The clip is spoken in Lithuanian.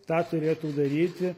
tą turėtų daryti